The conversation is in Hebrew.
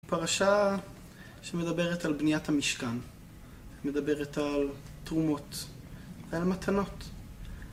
פרשה שמדברת על בניית המשכן, מדברת על תרומות, על מתנות.